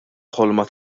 ħolma